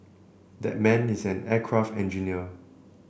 that man is an aircraft engineer